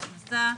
הכנסה,